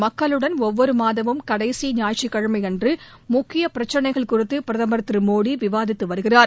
மக்களுடன் ஒவ்வொரு மாதமும் கடைசி ஞாயிற்றுக் கிழனம அன்று முக்கிய பிரச்சினைகள் குறித்து பிரதமர் திரு மோடி விவாதித்து வருகிறார்